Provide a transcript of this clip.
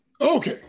okay